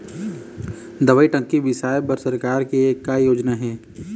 दवई टंकी बिसाए बर सरकार के का योजना हे?